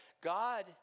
God